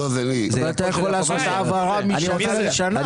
אתה יכול לעשות העברה משנה לשנה.